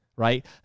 right